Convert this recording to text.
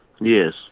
Yes